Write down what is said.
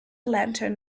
lantern